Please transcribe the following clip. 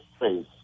face